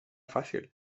fàcil